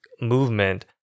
movement